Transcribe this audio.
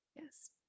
yes